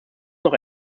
noch